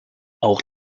auch